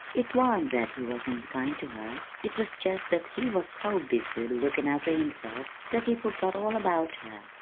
it wa'n't that he was unkind to her. it was just that he was so busy lookin' after himself that he forgot all about her.